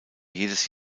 jedes